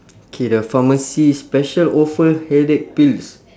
okay the pharmacy special offer headache pills